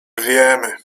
wiemy